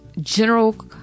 general